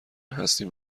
هستیم